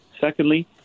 Secondly